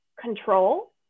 control